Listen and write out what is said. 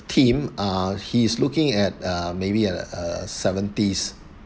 theme ah he's looking at uh maybe a a seventies